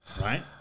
right